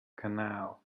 canal